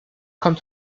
kommt